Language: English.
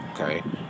okay